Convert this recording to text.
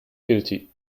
guilty